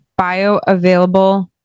bioavailable